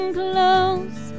close